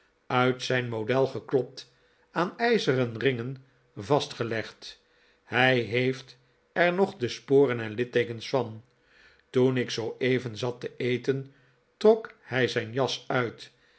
uit zijn model geklopt aan ijzeren ringen vastgelegd hij heeft er nog de sporen en litteekens van toen ik zooeven zat te eten trok hij zijn jas uit